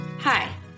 Hi